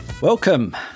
Welcome